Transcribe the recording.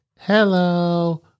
hello